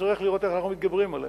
ונצטרך לראות איך אנחנו מתגברים עליה,